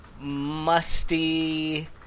musty